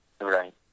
Right